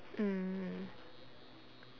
mm